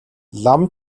лам